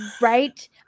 Right